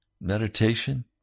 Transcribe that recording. meditation